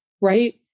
Right